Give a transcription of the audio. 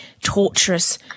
torturous